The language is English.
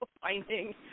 finding